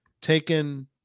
taken